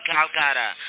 Calcutta